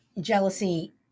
jealousy